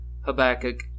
Habakkuk